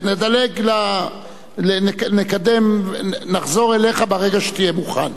לא לשעה, נחזור אליך ברגע שתהיה מוכן.